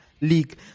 League